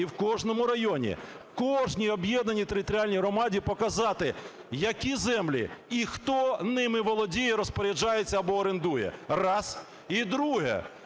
і в кожному районі кожній об'єднаній територіальній громаді показати, які землі і хто ними володіє, розпоряджається або орендує. Раз. І друге.